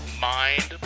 Mind